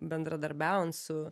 bendradarbiaujant su